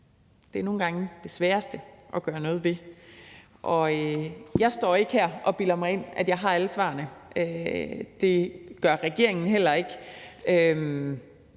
det er nogle gange det sværeste at gøre noget ved. Jeg står ikke her og bilder mig ind, at jeg har alle svarene; det gør regeringen heller ikke.